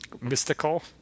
mystical